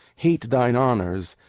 hate thine honours,